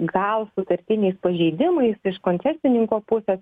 gal sutartiniais pažeidimais iš koncesininko pusės